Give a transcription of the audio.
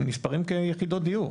נספרים כיחידות דיור.